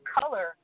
color